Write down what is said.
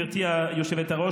גברתי היושבת-ראש,